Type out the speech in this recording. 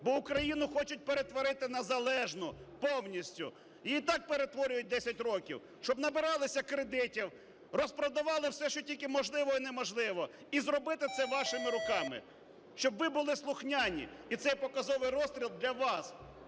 Бо Україну хочуть перетворити на залежну повністю, її і так перетворюють 10 років, щоб набиралося кредитів, розпродавали все, що тільки можливо і неможливо, і зробити це вашими руками, щоб ви були слухняні. І цей показовий розстріл для вас,